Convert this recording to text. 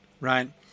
right